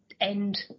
end